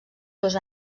dos